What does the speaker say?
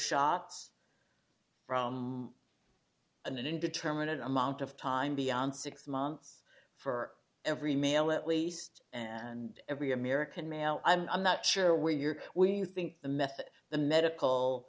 shots from an indeterminate amount of time beyond six months for every male at least and every american male i'm not sure where you're we think the method the medical